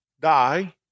die